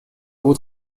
بود